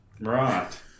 Right